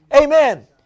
Amen